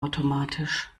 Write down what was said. automatisch